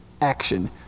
action